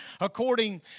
according